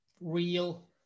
real